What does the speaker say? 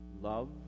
love